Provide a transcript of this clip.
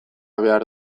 behar